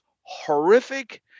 horrific